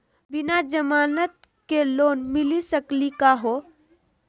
बिना जमानत के लोन मिली सकली का हो?